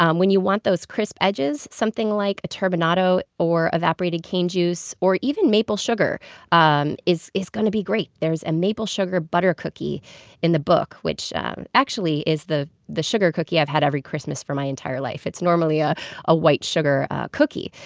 um when you want those crisp edges, something like a turbinado, evaporated cane juice or even maple sugar um is is going to be great there's a maple sugar butter cookie in the book, which is the the sugar cookie i've had every christmas for my entire life. it's normally ah a white sugar cookie.